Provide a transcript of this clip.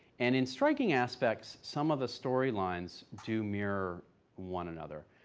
and in striking aspects, some of the story lines do mirror one another.